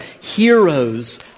heroes